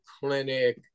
Clinic